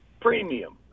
premium